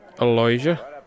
Elijah